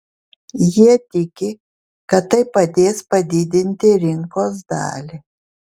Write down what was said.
jie tiki kad tai padės padidinti rinkos dalį